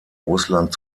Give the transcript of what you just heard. russland